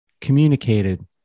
communicated